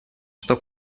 что